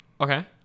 Okay